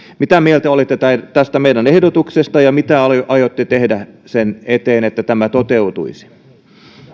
mitä mieltä olette tästä meidän ehdotuksestamme ja mitä aiotte tehdä sen eteen että tämä toteutuisi